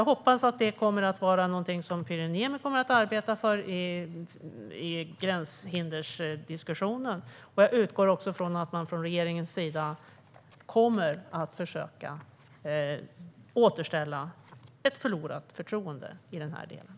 Jag hoppas att det är någonting som Pyry Niemi kommer att arbeta för i gränshinderdiskussionen, och jag utgår också från att man från regeringens sida kommer att försöka återställa ett förlorat förtroende i den här delen.